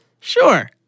Sure